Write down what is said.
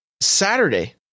Saturday